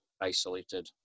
isolated